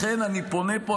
לכן אני פונה פה,